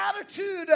attitude